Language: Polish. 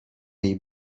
jej